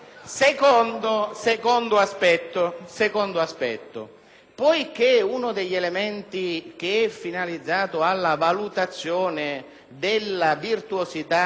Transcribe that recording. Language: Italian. di studenti fuori corso, in molte università, pur di avere meno studenti fuori corso, non si dà più il 18 politico